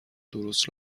درست